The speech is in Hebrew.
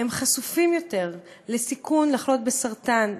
חשופים יותר לסיכון לחלות בסרטן,